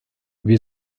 wir